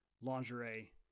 lingerie